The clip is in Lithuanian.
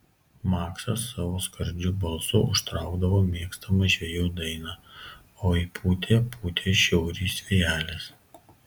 maksas savo skardžiu balsu užtraukdavo mėgstamą žvejų dainą oi pūtė pūtė šiaurys vėjelis